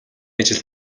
ажил